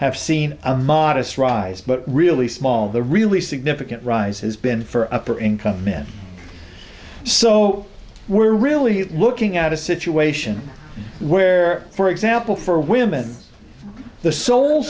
have seen a modest rise but really small the really significant rise has been for upper income men so we're really looking at a situation where for example for women the sole